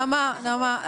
נעמה,